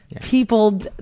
people